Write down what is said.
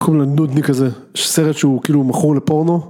קום לנודניק הזה שסרט שהוא כאילו מכור לפורנו.